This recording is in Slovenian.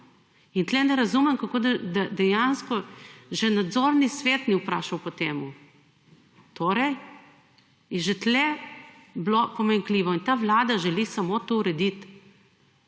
In tu ne razumem kako da dejansko že nadzorni svet ni vprašal po tem. Torej, je že tukaj bilo pomanjkljivo. In ta vlada želi samo to urediti,